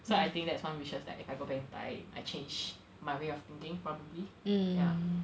so I think that's one wish that if I go back in time I change my way of thinking probably ya